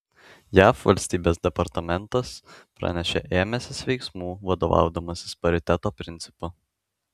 jav valstybės departamentas pranešė ėmęsis veiksmų vadovaudamasis pariteto principu